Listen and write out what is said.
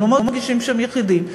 הם לא מרגישים שהם יחידים.